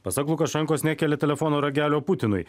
pasak lukašenkos nekelia telefono ragelio putinui